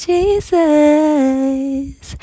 Jesus